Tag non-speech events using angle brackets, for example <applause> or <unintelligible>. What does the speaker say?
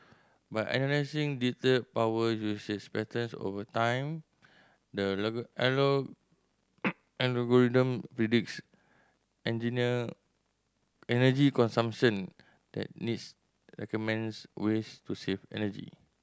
by analysing detailed power usage patterns over time the <unintelligible> algorithm predicts engineer energy consumption that needs recommends ways to save energy